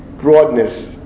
broadness